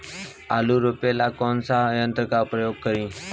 आलू रोपे ला कौन सा यंत्र का प्रयोग करी?